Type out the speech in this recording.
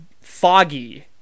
foggy